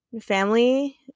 family